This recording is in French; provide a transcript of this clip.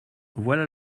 voilà